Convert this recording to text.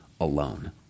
alone